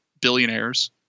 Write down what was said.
billionaires